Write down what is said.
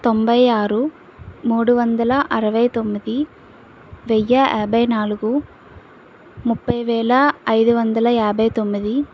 తొంభై ఆరు మూడు వందల అరవై తొమ్మిది వెయ్యి యాభై నాలుగు ముప్పై వేల ఐదు వందల యాభై తొమ్మిది